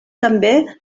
també